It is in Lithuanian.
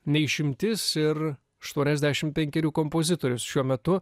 ne išimtis ir aštuoniasdešim penkerių kompozitorius šiuo metu